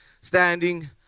standing